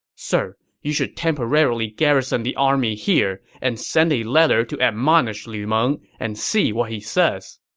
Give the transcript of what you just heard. sir, you should temporarily garrison the army here and send a letter to admonish lu meng and see what he says.